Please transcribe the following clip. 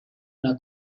una